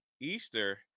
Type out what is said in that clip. Easter